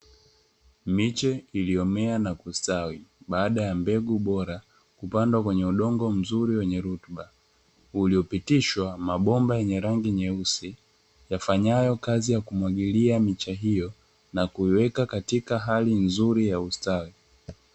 Miche iliyomea na kustawi, baada ya mbegu bora kupandwa kwenye udongo mzuri wenye rutuba, uliopitishwa mabomba yenye rangi nyeusi, yafanyayo kazi ya kumwagilia miche hiyo na kuiweka katika hali nzuri ya ustawi.